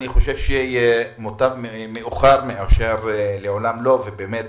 אני חושב שמוטב מאוחר מאשר לעולם לא, ובאמת